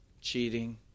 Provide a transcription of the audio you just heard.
cheating